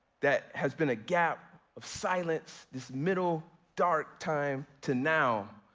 that has been a gap of silence this middle, dark time to now